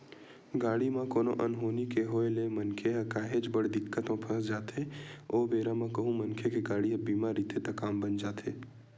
गाड़ी म कोनो अनहोनी के होय ले मनखे ह काहेच बड़ दिक्कत म फस जाथे ओ बेरा म कहूँ मनखे के गाड़ी ह बीमा रहिथे त काम बन जाथे